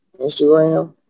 Instagram